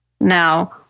Now